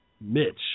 Mitch